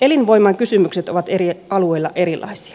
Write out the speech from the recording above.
elinvoiman kysymykset ovat eri alueilla erilaisia